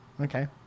Okay